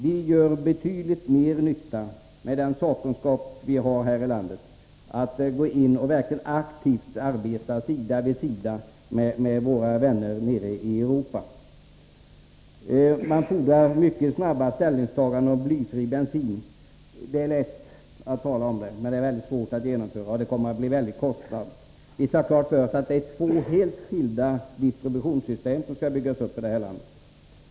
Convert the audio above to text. Vi gör betydligt mer nytta med den sakkunskap vi har här i landet, om vi verkligen aktivt arbetar sida vid sida med våra vänner nere i Europa. Man fordrar mycket snabba ställningstaganden i frågan om blyfri bensin. Det är lätt att tala om detta, men det är väldigt svårt att genomföra det. Det kommer att bli mycket kostsamt. Vi skall ha klart för oss att det är två helt skilda distributionssystem som skall byggas upp i detta land.